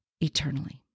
eternally